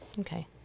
okay